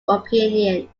opinion